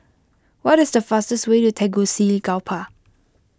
what is the fastest way to Tegucigalpa